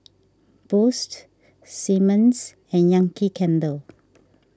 Boost Simmons and Yankee Candle